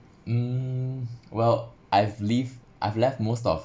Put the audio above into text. mm well I've leave I've left most of